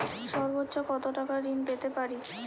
সর্বোচ্চ কত টাকা ঋণ পেতে পারি?